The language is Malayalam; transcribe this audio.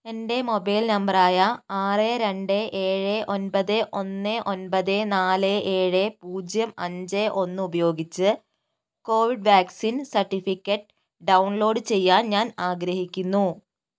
എൻ്റെ മൊബൈൽ നമ്പർ ആയ ആറ് രണ്ട് ഏഴ് ഒൻപത് ഒന്ന് ഒൻപത് നാല് ഏഴ് പൂജ്യം അഞ്ച് ഒന്ന് ഉപയോഗിച്ച് കോവിഡ് വാക്സിൻ സർട്ടിഫിക്കറ്റ് ഡൗൺലോഡ് ചെയ്യാൻ ഞാൻ ആഗ്രഹിക്കുന്നു